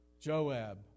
Joab